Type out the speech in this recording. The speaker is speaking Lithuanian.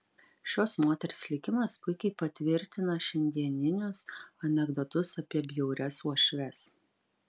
šios moters likimas puikiai patvirtina šiandieninius anekdotus apie bjaurias uošves